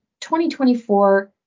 2024